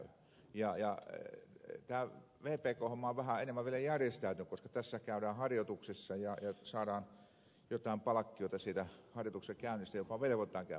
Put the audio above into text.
tämä vpk homma on vähän enemmän vielä järjestäytynyttä koska tässä käydään harjoituksissa ja saadaan jotain palkkiota siitä harjoituksissa käynnistä johon velvoitetaan